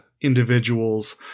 individuals